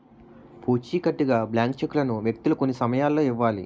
పూచికత్తుగా బ్లాంక్ చెక్కులను వ్యక్తులు కొన్ని సమయాల్లో ఇవ్వాలి